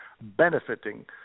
benefiting